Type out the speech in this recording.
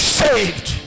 saved